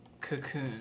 cocoon